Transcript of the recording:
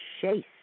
chase